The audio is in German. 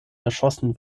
erschossen